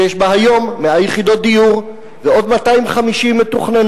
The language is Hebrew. שיש בה היום 100 יחידות דיור ועוד 250 מתוכננות.